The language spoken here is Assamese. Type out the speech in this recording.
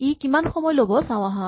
ই কিমান সময় ল'ব চাওঁ আহাঁ